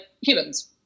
humans